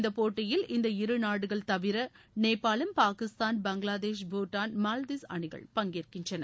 இந்தப் போட்டியில் இந்த இரு நாடுபள் தவிர நேபாளம் பாகிஸ்தான் பங்களாதேஷ் பூடான் மால்தீஸ் அணிகள் பங்கேற்கின்றன